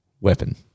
Weapon